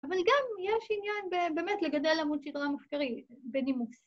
‫אבל גם יש עניין באמת ‫לגדל עמוד שידרה מחקרי בנימוס.